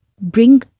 bring